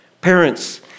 Parents